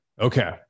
Okay